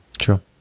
Sure